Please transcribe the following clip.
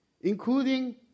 Including